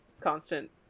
constant